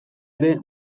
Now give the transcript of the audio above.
ere